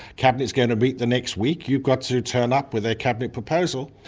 cabinet is going to meet the next week, you've got to turn up with a cabinet proposal,